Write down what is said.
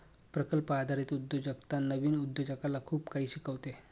प्रकल्प आधारित उद्योजकता नवीन उद्योजकाला खूप काही शिकवते